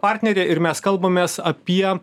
partnerė ir mes kalbamės apie